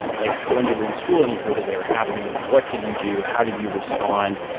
like, when you were in school and you heard that they were happening, what did you do? how did you respond?